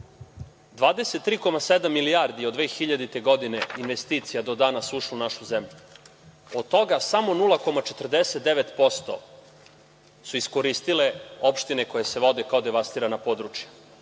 23,7 milijardi od 2000. godine investicija do danas je ušlo u našu zemlju, od toga samo 0,49% su iskoristile opštine koje se vode kao devastirana područja.